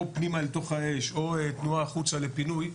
פנימה אל תוך האש או תנועה החוצה לפינוי,